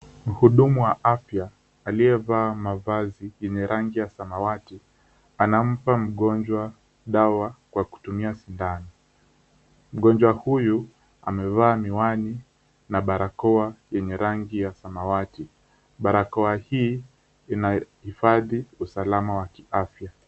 Mhudumu wa afya aliyevaa mavazi yenye rangi ya samawati, anampa mgonjwa dawa kwa kutumia sindano. Mgonjwa huyu amevaa miwani na barakoa yenye rangi ya samawati. Barakoa hii inahifadhi usalama wa kiafya.